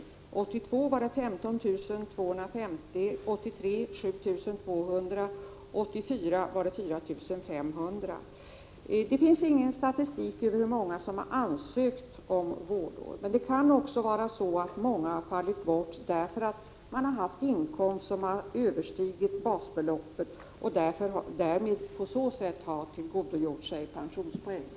1982 var det 15 250, 1983 var det 7 200, och 1984 var det 4 500. Det finns ingen statistik över hur många som har ansökt om vårdår. Men flera kan ha fallit bort därför att de har haft en inkomst som har överskridit basbeloppet och på så sätt tillgodogjort sig pensionspoäng.